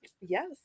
Yes